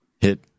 hit